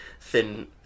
thin